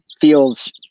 feels